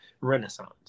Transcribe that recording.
Renaissance